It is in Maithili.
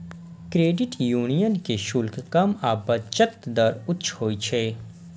क्रेडिट यूनियन के शुल्क कम आ बचत दर उच्च होइ छै